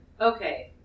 Okay